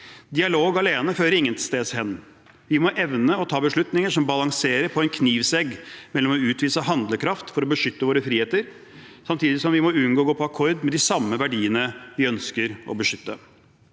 Dialog alene fører ingensteds hen. Vi må evne å ta beslutninger som balanserer på en knivsegg mellom å utvise handlekraft for å beskytte våre friheter samtidig som vi må unngå å gå på akkord med de samme verdiene vi ønsker å beskytte.